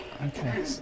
Okay